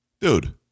Dude